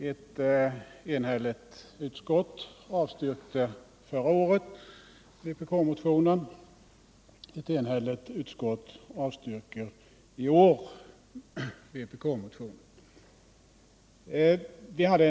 Ett enhälligt utskott avstyrkte förra året vpkmotionen, och ett enhälligt utskott avstyrker även i år vpk-motionen.